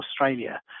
Australia